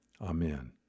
Amen